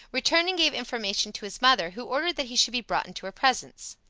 returned and gave information to his mother, who ordered that he should be brought into her presence.